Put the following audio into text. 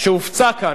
שהופצה כאן,